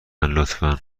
لطفا